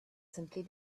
simply